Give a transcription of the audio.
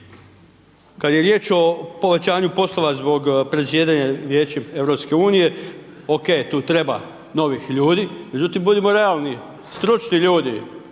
Kad je riječ o povećanju poslova zbog predsjedanja Vijećem EU OK tu treba novih ljudi, međutim budimo realni, stručni ljudi